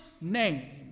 name